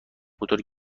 تور